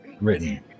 written